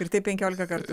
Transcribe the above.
ir taip penkiolika